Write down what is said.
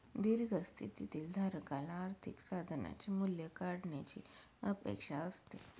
दीर्घ स्थितीतील धारकाला आर्थिक साधनाचे मूल्य वाढण्याची अपेक्षा असते